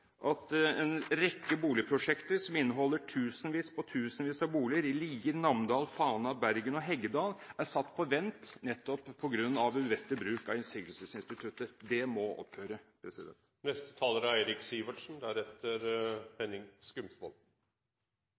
at en rekke boligprosjekter, som inneholder tusenvis på tusenvis av boliger i Lier, Namdal, Fana, Bergen og Heggedal, er satt på vent nettopp på grunn av uvettig bruk av innsigelsesinstituttet. Det må opphøre. Det er mulig å replisere til foregående taler at det kanskje ikke bare er